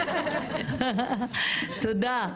תודה.